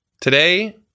Today